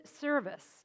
service